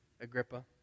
Agrippa